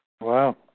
Wow